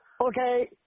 Okay